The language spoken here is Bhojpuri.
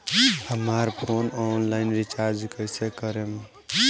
हमार फोन ऑनलाइन रीचार्ज कईसे करेम?